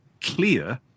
clear